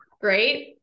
great